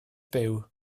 byw